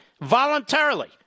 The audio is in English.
voluntarily